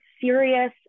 serious